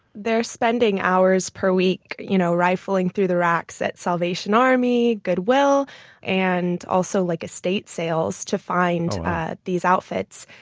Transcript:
they're spending hours per week, you know, rifling through the racks at salvation army, goodwill and also, like, estate sales to find these outfits.